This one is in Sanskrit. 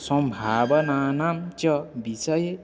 सम्भावनानां च विषये